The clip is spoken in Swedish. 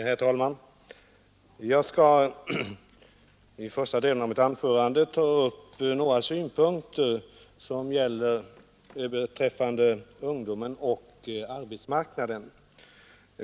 Herr talman! I den första delen av mitt anförande skall jag ta upp några synpunkter på frågan om ungdomen och arbetsmarknaden.